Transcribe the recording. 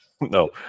no